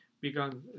began